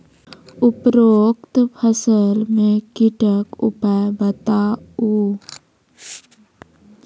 उपरोक्त फसल मे कीटक उपाय बताऊ?